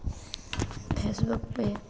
Facebook पर